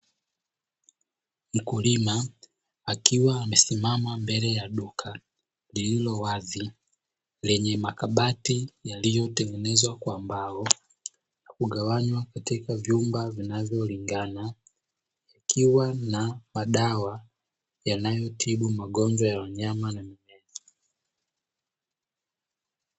Mkulima akiwa amesimama mbele ya duka lililo wazi lenye makabati yaliyotengenezwa kwa mbao na kugawanywa katika vyumba vinavyolingana kukiwa na madawa yanayotibu magonjwa ya wanyama na mimea.